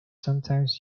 sometimes